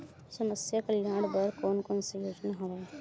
समस्या कल्याण बर कोन कोन से योजना हवय?